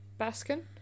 Baskin